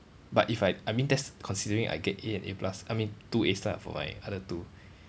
but if I I mean that's considering I get A and A plus I mean two As for my other two